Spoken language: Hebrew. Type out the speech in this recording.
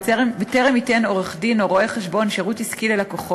בטרם ייתן עורך-דין או רואה-חשבון שירות עסקי ללקוחו,